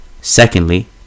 Secondly